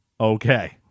Okay